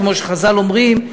כמו שחז"ל אומרים,